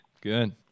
Good